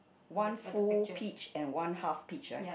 one full peach and one half peach right